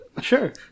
Sure